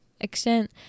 extent